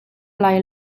lai